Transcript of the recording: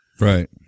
right